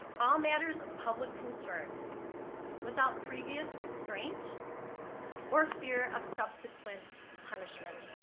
all matters of public concern without previous restraint or fear of subsequent punishment.